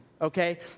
okay